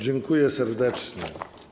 Dziękuję serdecznie.